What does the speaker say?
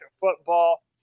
football